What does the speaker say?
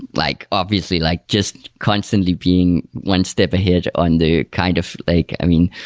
like obviously, like just constantly being one step ahead on the kind of like i mean,